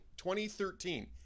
2013